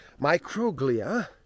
microglia